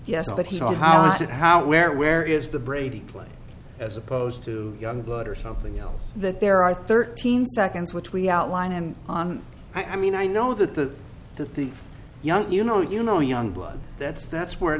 it how where where is the brady place as opposed to young blood or something else that there are thirteen seconds which we outline and on i mean i know that the that the young you know you know young blood that's that's where